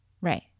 Right